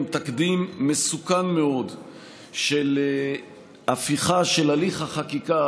גם תקדים מסוכן מאוד של הפיכה של הליך החקיקה,